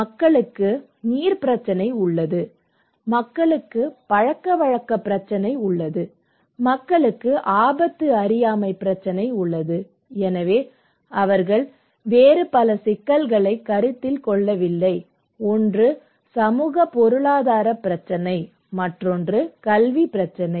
மக்களுக்கு நீர் பிரச்சினை உள்ளது மக்களுக்கு பழக்கவழக்க பிரச்சினை உள்ளது மக்களுக்கு ஆபத்து அறியாமை பிரச்சினை உள்ளது எனவே அவர்கள் வேறு பல சிக்கல்களைக் கருத்தில் கொள்ளவில்லை ஒன்று சமூக பொருளாதார பிரச்சினை மற்றொன்று கல்விப் பிரச்சினை